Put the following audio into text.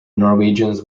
norwegians